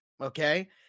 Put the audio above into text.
okay